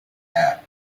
act